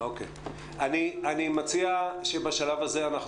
אני מציע שבשלב הזה,